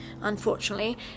unfortunately